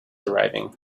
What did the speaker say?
arriving